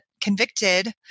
convicted